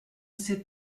sais